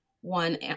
one